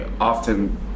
often